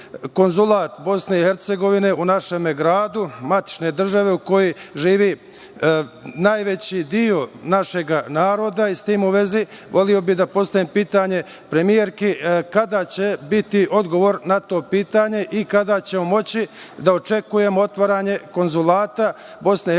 konzulat BiH u našem gradu, matične države, u kojoj živi najveći deo našeg naroda i s tim u vezi voleo bih da postavim pitanje premijerki – kada će biti odgovor na to pitanje i kada ćemo moći da očekujemo otvaranje konzulata BiH u Novom